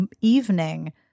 evening